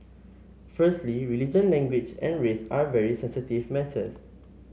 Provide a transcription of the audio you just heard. firstly religion language and race are very sensitive matters